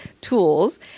tools